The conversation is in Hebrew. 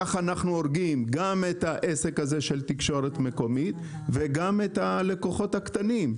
ככה אנחנו הורגים גם את העסק של תקשורת מקומית וגם את הלקוחות הקטנים.